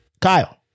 kyle